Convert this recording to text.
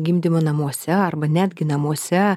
gimdymo namuose arba netgi namuose